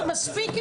מספיק.